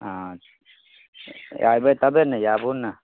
अच्छा अएबै तभे ने आबू ने